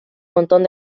montón